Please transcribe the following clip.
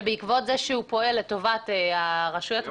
שבעקבות פעולתו לטובת הרשויות המקומיות,